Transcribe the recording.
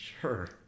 Sure